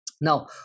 Now